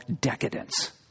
decadence